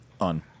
on